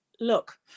look